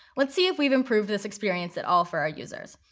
let's see if we've improved this experience at all for our users.